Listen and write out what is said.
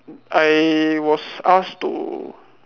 I was asked to